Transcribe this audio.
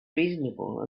reasonable